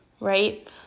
right